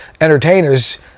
entertainers